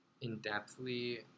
in-depthly